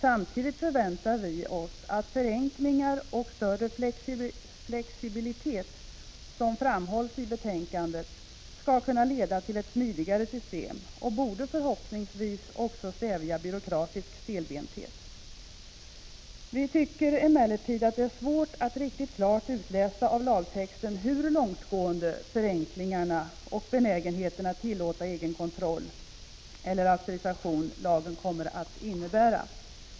Samtidigt förväntar vi oss att förenklingar och större flexibilig 2 "DERTOCY SÖFe HexISNT — Opligatoriskikontroll tet, som framhålls i betänkandet, skall kunna leda till ett smidigare system knisk och förhoppningsvis också stävja byråkratisk stelbenthet. BEROR SekNisk prove ning Vi tycker emellertid att det är svårt att riktigt klart utläsa av lagtexten hur långtgående förenklingar och benägenhet att tillåta egenkontroll eller auktorisation som lagen kommer att innebära.